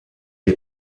est